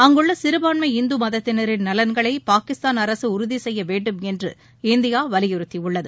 அங்குள்ள சிறுபான்மை இந்து மதத்தினரின் நலன்களை பாகிஸ்தான் அரசு உறுதி சுசெய்ய வேண்டுமென்று இந்தியா வலியுறுத்தியுள்ளது